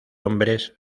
hombres